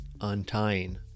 untying